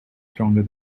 stronger